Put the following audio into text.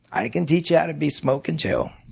i can teach you how to be smoking joe.